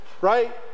right